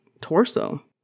torso